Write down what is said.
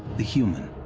the human.